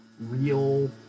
real